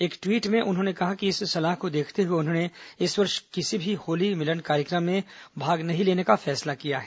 एक ट्वीट में उन्होंने कहा कि इस सलाह को देखते हुए उन्होंने इस वर्ष किसी भी होली मिलन कार्यक्रम में भाग न लेने का फैसला किया है